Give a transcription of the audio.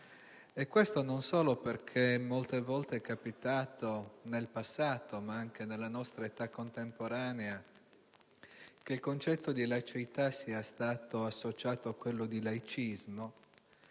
Questo non solo perché molte volte è capitato nel passato, ma anche nella nostra età contemporanea, che il concetto di laicità sia stato associato a quello di laicismo,